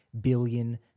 billion